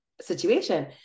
situation